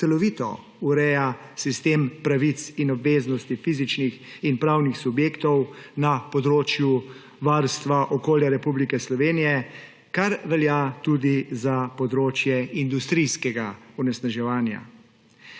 celovito ureja sistem pravic in obveznosti fizičnih in pravnih subjektov na področju varstva okolja v Republiki Sloveniji, kar velja tudi za področje industrijskega onesnaževanja.